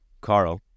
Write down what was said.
Carl